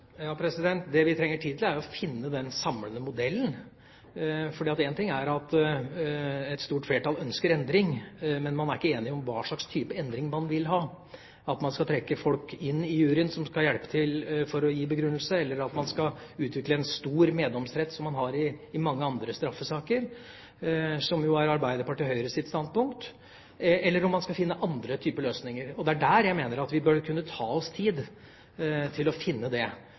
Det vi trenger tid til, er å finne den samlende modellen. Én ting er at et stort flertall ønsker endring, men man er ikke enige om hva slags endring man vil ha. Skal man trekke inn i juryen folk som skal hjelpe til for å gi begrunnelse, eller skal man utvikle en stor meddomsrett som man har i mange andre straffesaker, som er Arbeiderpartiet og Høyres standpunkt, eller skal man finne andre typer løsninger? Det er der jeg mener vi burde kunne ta oss tid til å finne det